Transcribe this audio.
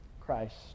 Christ